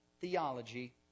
theology